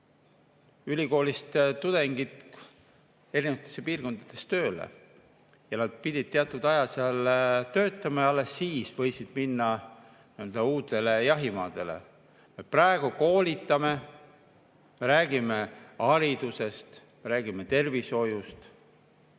ülikoolist tudengid erinevatesse piirkondadesse tööle, nad pidid teatud aja seal töötama ja alles siis võisid minna nii-öelda uutele jahimaadele. Praegu me koolitame, me räägime haridusest, me räägime tervishoiust,